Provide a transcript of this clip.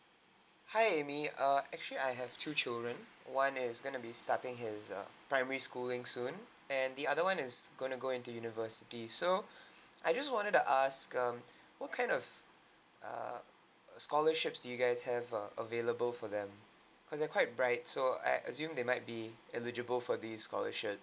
hi amy err actually I have two children one is gonna be starting his err primary schooling soon and the other one is gonna go into university so I just wanted to ask um what kind of err scholarships do you guys have err available for them cause they're quite bright so I assume they might be eligible for this scholarship